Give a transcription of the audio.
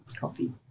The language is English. Coffee